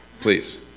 please